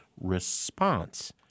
response